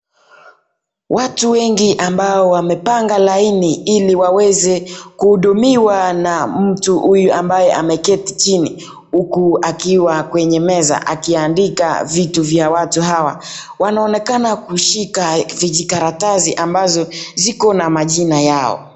Watu wengi ambao wamepanga laini ili waweze kuhudumiwa na mtu huyu ambaye ameketi chini huku akiwa kwenye meza akiandika vitu vya watu hawa, wanaonekana kushika vijikaratasi ambazo ziko na majina yao.